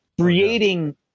creating